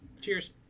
cheers